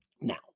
Now